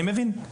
אני מבין.